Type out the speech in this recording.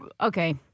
Okay